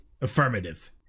Affirmative